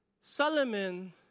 Solomon